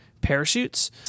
parachutes